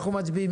אנחנו מצביעים.